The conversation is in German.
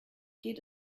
geht